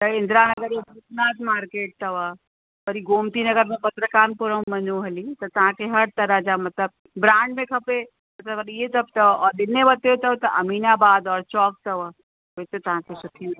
त इन्द्रा नगर भूतनाथ मार्किट अथव वरी गोमती नगर में पत्रकारपुरम वञो हली त तव्हां खे हर तरह जा मतिलबु ब्रांड में खपे उनमें वरी इहे सभु अथव और इते अमीनाबाद और चौक अथव हुते तव्हां खे सुठी मिली वेंदव